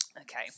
Okay